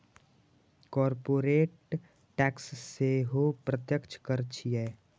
corporate tax सेहो प्रत्यक्ष कर छियै